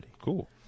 Cool